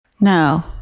No